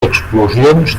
explosions